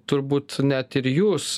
turbūt net ir jūs